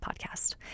podcast